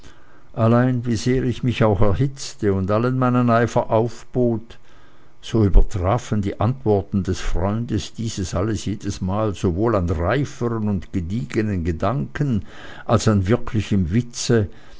allein wie sehr ich mich auch erhitzte und allen meinen eifer aufbot so übertrafen die antworten des freundes dieses alles jedesmal sowohl an reiferen und gediegenen gedanken als an wirklichem witze